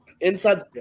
inside